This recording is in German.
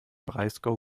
breisgau